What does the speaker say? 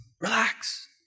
Relax